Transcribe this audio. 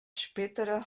spätere